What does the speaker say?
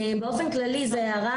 באופן כללי, זאת הערה